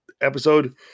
episode